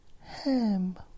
Ham